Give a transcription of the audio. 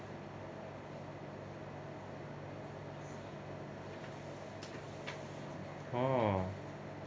oh